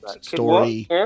story